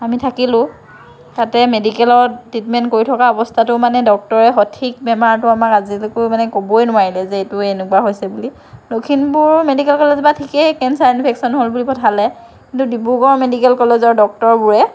আমি থাকিলোঁ তাতে মেডিকেলত ট্ৰিটমেণ্ট কৰি থকা অৱস্থাতো মানে ডক্তৰে সঠিক বেমাৰটো আমাক আজিলৈকেও মানে ক'বই নোৱাৰিলে যে এইটো এনেকুৱা হৈছে বুলি লখিমপুৰ মেডিকেল কলেজৰ পৰা ঠিকেই কেনচাৰ ইনফেকচন হ'ল বুলি পঠালে কিন্তু ডিব্ৰুগড় মেডিকেল কলেজৰ ডক্তৰবোৰে